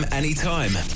Anytime